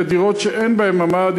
אלה דירות שאין בהן ממ"ד.